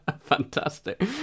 Fantastic